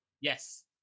Yes